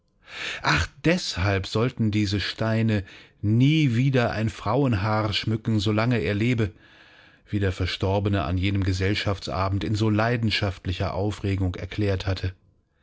ach deshalb sollten diese steine nie wieder ein frauenhaar schmücken solange er lebe wie der verstorbene an jenem gesellschaftsabend in so leidenschaftlicher aufregung erklärt hatte